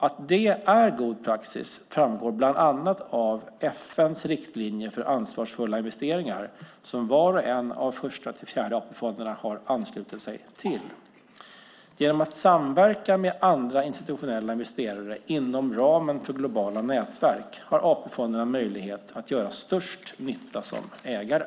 Att det är god praxis framgår bland annat av FN:s riktlinjer för ansvarsfulla investeringar, som var och en av Första-Fjärde AP-fonden har anslutit sig till. Genom att samverka med andra institutionella investerare inom ramen för globala nätverk har AP-fonderna möjlighet att göra störst nytta som ägare.